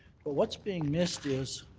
but what's being missed is